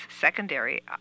secondary